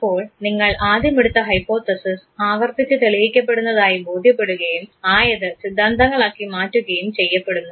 അപ്പോൾ നിങ്ങൾ ആദ്യമെടുത്ത ഹൈപോതെസിസ് ആവർത്തിച്ച് തെളിയിക്കപ്പെടുന്നതായി ബോധ്യപ്പെടുകയും ആയത് സിദ്ധാന്തങ്ങളാക്കി മാറ്റുകയും ചെയ്യപ്പെടുന്നു